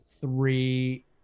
three